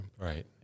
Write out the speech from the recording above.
Right